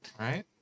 Right